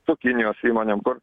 su kinijos įmonėm kur